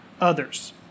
others